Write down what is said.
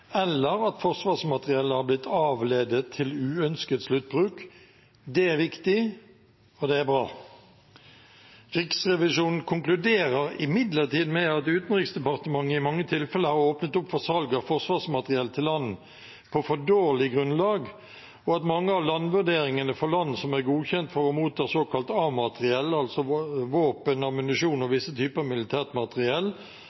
eller at forsvarsmateriell har blitt avledet til uønsket sluttbruk. Det er viktig, og det er bra. Riksrevisjonen konkluderer imidlertid med at Utenriksdepartementet i mange tilfeller har åpnet for salg av forsvarsmateriell til land på for dårlig grunnlag, og at mange av landvurderingene av land som er godkjent for å motta såkalt A-materiell, altså våpen, ammunisjon og